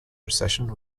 recession